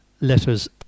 letters